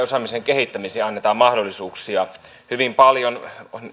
osaamisen kehittämiseen annetaan mahdollisuuksia hyvin paljon